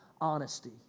honesty